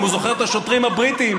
אם הוא זוכר את השוטרים הבריטים,